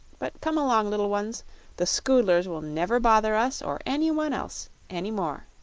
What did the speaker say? but come along, little ones the scoodlers will never bother us or anyone else any more.